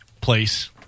place